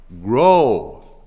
Grow